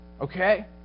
Okay